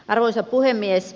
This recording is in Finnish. arvoisa puhemies